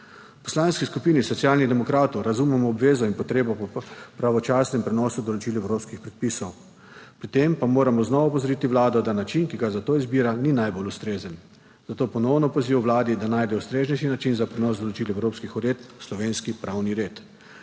Poslanski skupini Socialnih demokratov razumemo obvezo in potrebo po pravočasnem prenosu določil evropskih predpisov, pri tem pa moramo znova opozoriti Vlado, da način, ki ga za to izbira ni najbolj ustrezen, zato ponovno poziv vladi, da najde ustreznejši način za prenos določil evropskih uredb v slovenski pravni red.